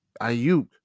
Ayuk